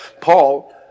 Paul